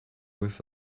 with